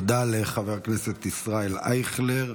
תודה לחבר הכנסת ישראל אייכלר.